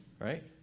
right